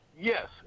Yes